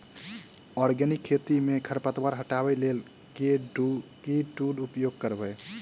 Organic खेती मे खरपतवार हटाबै लेल केँ टूल उपयोग करबै?